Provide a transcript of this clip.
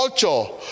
culture